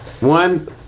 One